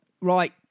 Right